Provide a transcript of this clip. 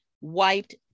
wiped